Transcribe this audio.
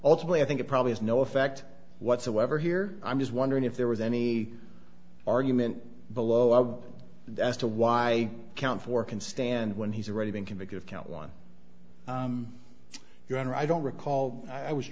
ultimately i think it probably has no effect whatsoever here i'm just wondering if there was any argument below of that as to why count four can stand when he's already been convicted of count one your honor i don't recall i was